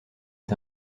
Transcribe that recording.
est